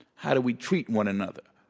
how do we treat one another,